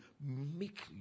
make